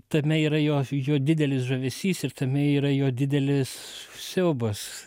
tame yra jo jo didelis žavesys ir tame yra jo didelis siaubas